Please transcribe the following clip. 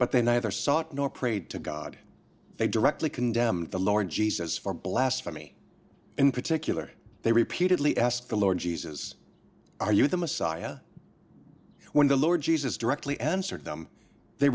but they neither sought nor prayed to god they directly condemned the lord jesus for blasphemy in particular they repeatedly ask the lord jesus are you the messiah when the lord jesus directly answered them they